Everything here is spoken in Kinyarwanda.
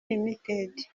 ltd